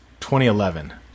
2011